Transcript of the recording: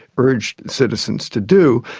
urged citizens to do,